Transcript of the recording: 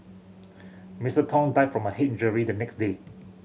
Mister Tong died from a head injury the next day